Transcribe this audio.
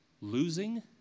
losing